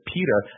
Peter